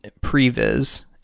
previs